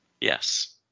Yes